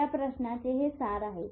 य प्रश्नाचे हे सार आहे